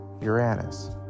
Uranus